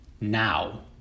now